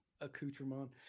accoutrement